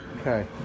okay